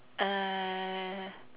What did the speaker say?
uh